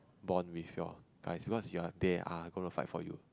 bond with your guys because you are they are going to fight for you